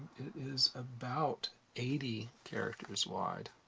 is about eighty characters wide.